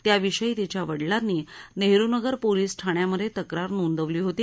त्याविषयी तिच्या वडिलांनी नेहरुनगर पोलीस ठाण्यामधे तक्रार नोंदवली होती